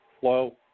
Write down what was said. flow